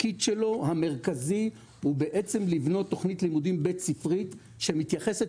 התפקיד שלו המרכזי הוא לבנות תכנית לימודים בית ספרית שמתייחסת